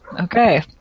Okay